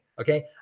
Okay